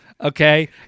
Okay